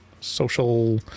social